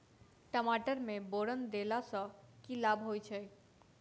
टमाटर मे बोरन देबा सँ की लाभ होइ छैय?